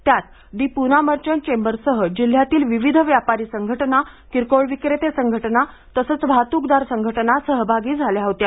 त्यात the Poona merchant चेंबर्ससह जिल्ह्यातील विविध व्यापारी संघटना किरकोळ विक्रेते संघटना तसंच वाहातूकदार संघटना सहभागी झाल्या होत्या